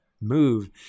move